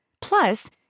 Plus